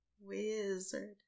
wizard